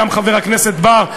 גם חבר הכנסת בר,